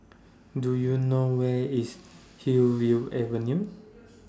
Do YOU know Where IS Hillview Avenue